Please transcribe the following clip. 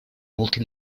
multi